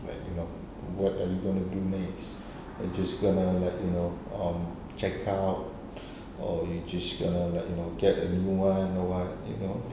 like you know what are you going to do next just gonna like you know um checkout or you're just err gonna like you know get a new one or what you know